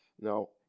No